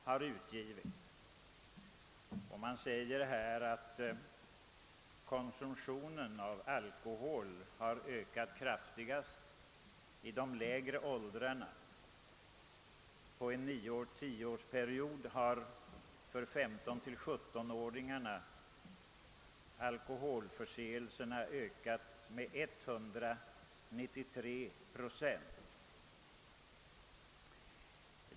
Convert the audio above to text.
Där redovisas att konsumtionen av alkohol har ökat kraftigast i de lägre åldrarna. Under en tioårsperiod har alkoholförseelserna för 15—17-åringarna ökat med 193 procent.